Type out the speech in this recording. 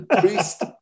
priest